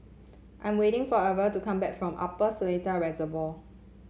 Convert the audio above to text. I am waiting for Irven to come back from Upper Seletar Reservoir